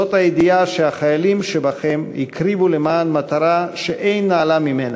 זאת הידיעה שהחיילים שבכם הקריבו למען מטרה שאין נעלה ממנה: